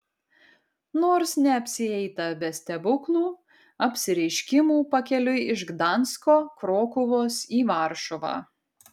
nors neapsieita be stebuklų apsireiškimų pakeliui iš gdansko krokuvos į varšuvą